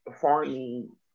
farming